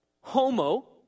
homo